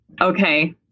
okay